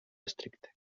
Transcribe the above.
estricte